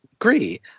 agree